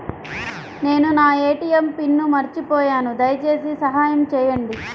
నేను నా ATM pin మర్చిపోయాను దయచేసి సహాయం చేయండి